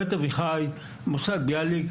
בית אביחי; מוסד ביאליק,